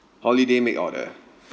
holiday make order